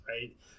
right